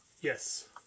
yes